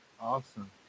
Awesome